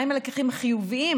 מהם הלקחים החיוביים,